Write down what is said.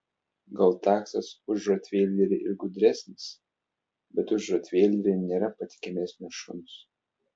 gal taksas už rotveilerį ir gudresnis bet už rotveilerį nėra patikimesnio šuns